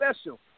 special